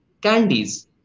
candies